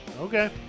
Okay